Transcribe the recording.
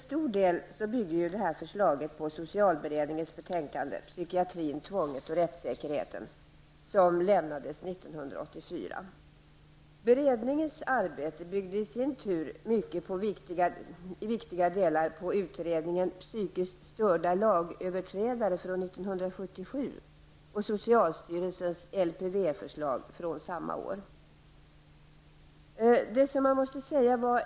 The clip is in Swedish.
Förslaget bygger till stor del på socialberedningens betänkande Psykiatrin, tvånget och rättssäkerheten, som lämnades 1984. Beredningens arbete byggde i sin tur i viktiga delar på utredningen Psykiskt störda lagöverträdare från 1977 och socialstyrelsens LPV-förslag från samma år.